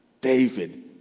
David